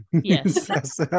yes